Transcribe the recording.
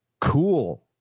Cool